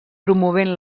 promovent